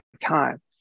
time